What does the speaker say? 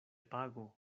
pago